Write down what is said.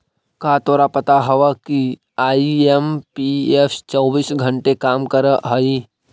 का तोरा पता हवअ कि आई.एम.पी.एस चौबीस घंटे काम करअ हई?